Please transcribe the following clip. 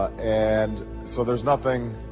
and. so there's nothing.